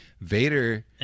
Vader